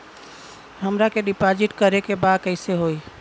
हमरा के डिपाजिट करे के बा कईसे होई?